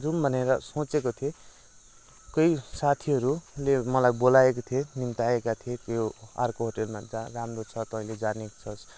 जाउँ भनेर सोचेको थिएँ केही साथीहरूले मलाई बोलाएको थियो निम्ताएको थियो त्यो अर्को अर्को होटेलमा राम्रो छ तैँले जनेको छस्